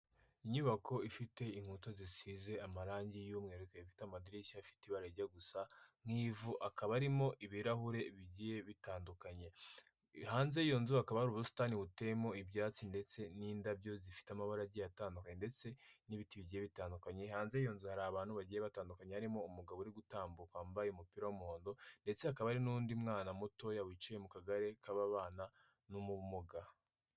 Inyubako ifite inkuta zisize amarangi y'umweru, ikaba ifite amadirishya afite ibara rijya gusa nk'ivu, akaba arimo ibirahure bigiye bitandukanye. Hanze y'iyo nzu hakaba hari ubusitani buteyemo ibyatsi ndetse n'indabyo zifite amaba agiye atandukanye ndetse n'ibiti bigiye bitandukanye. Hanze y'iyo nzu hari abantu bagiye batandukanye harimo umugabo uri gutambuka wambaye umupira w'umuhondo, ndetse hakaba hari n'undi mwana mutoya wicaye mu kagare k'ababana n'ubumuga.